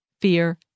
fear